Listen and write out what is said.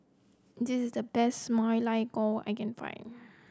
this the best Ma Lai Gao I can find